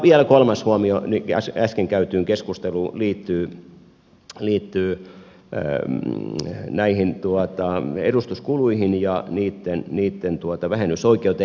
vielä kolmas huomio äsken käytyyn keskusteluun liittyy näihin edustuskuluihin ja niitten vähennysoikeuteen